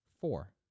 Four